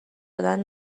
دادن